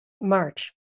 March